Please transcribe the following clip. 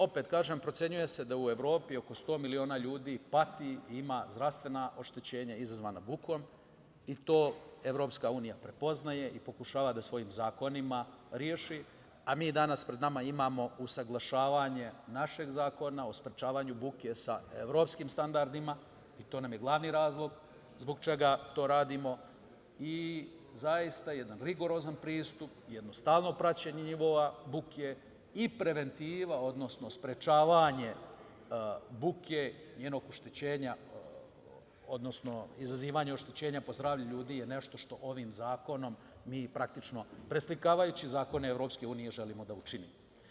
Opet kažem, procenjuje se da u Evropi oko 100 miliona ljudi pati i ima zdravstvena oštećenja izazvana bukom i to EU prepoznaje i pokušava da svojim zakonima reši, a mi danas pred nama imamo usaglašavanje našeg Zakona o sprečavanju buke sa evropskim standardima i to nam je glavni razlog zbog čega to radimo i zaista jedan rigorozan pristup, jedno stalno praćenje nivoa buke i preventiva, odnosno sprečavanje izazivanja oštećenja bukom po zdravlje ljudi je nešto što ovim zakonom mi praktično, preslikavajući zakone EU, želimo da učinimo.